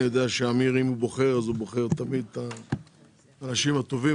אני יודע שאם אמיר בוחר אז הוא בוחר את האנשים הטובים.